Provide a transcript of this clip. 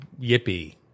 yippee